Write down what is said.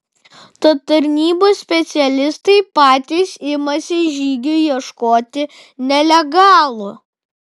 tad tarnybos specialistai patys imasi žygių ieškoti nelegalų